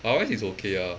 otherwise it's okay ah